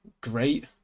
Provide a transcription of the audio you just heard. great